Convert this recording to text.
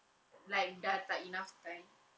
like dah tak enough time